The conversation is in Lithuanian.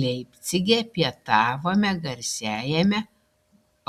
leipcige pietavome garsiajame